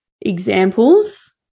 examples